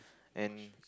and